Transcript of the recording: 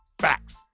Facts